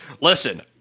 listen